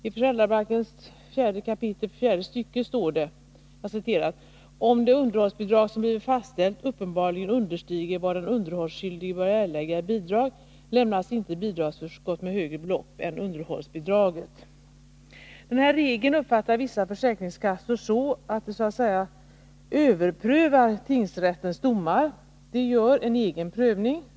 I lagen om bidragsförskott 4§ fjärde stycket står det: ”Om det underhållsbidrag om har blivit fastställt uppenbarligen understiger vad den underhållsskyldige bör erlägga i bidrag, lämnas inte bidragsförskott -—- med högre belopp än underhållsbidraget.” Denna regel uppfattar vissa försäkringskassor så att de så att säga överprövar tingsrättens domar, de gör en egen prövning.